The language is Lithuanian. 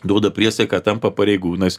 duoda priesaiką tampa pareigūnais